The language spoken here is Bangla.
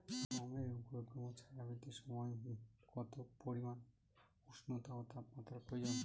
গমের অঙ্কুরোদগম ও চারা বৃদ্ধির সময় কত পরিমান উষ্ণতা বা তাপমাত্রা প্রয়োজন?